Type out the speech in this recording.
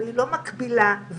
אבל היא לא מקבילה ואין